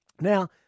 Now